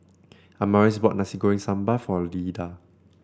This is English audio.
Amaris bought Nasi Goreng Sambal for Lyda